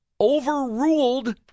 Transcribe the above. overruled